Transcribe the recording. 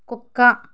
కుక్క